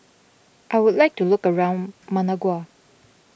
I would like to look around Managua